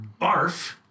barf